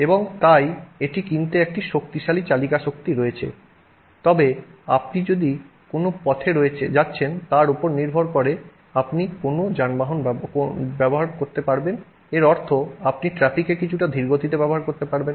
এবং তাই এটি কিনতে একটি শক্তিশালী চালিকা শক্তি রয়েছে তবে আপনি কোন পথে যাচ্ছেন তার উপর নির্ভর করে আপনি কোনও যানবাহন ব্যবহার করতে পারবেন এর অর্থ আপনি ট্র্যাফিকে কিছুটা ধীরগতিতে ব্যবহার করতে পারবেন